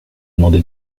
demandé